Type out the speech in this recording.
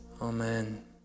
Amen